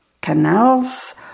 Canals